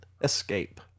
escape